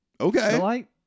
Okay